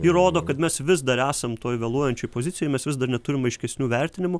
įrodo kad mes vis dar esam toj vėluojančioj pozicijoj mes vis dar neturim aiškesnių vertinimų